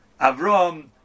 Avram